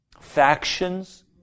factions